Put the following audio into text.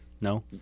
No